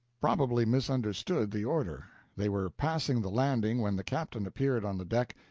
probably misunderstood the order. they were passing the landing when the captain appeared on the deck.